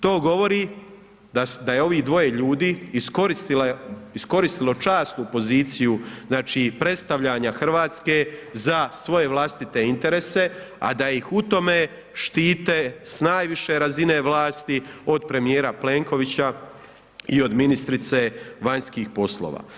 To govori, da je ovo dvoje ljudi, iskoristilo časnu poziciju, znači predstavljanja Hrvatske, za svoje vlastite interese, a da ih u tome štite s najviše razine vlasti, od premjera Plenkovića i od ministrice vanjskih poslova.